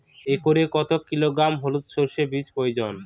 একরে কত কিলোগ্রাম হলুদ সরষে বীজের প্রয়োজন?